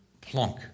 Plunk